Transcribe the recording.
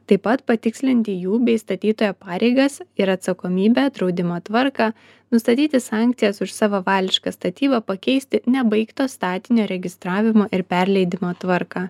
taip pat patikslinti jų bei statytojo pareigas ir atsakomybę draudimo tvarką nustatyti sankcijas už savavališką statybą pakeisti nebaigto statinio įregistravimo ir perleidimo tvarką